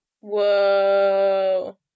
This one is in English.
Whoa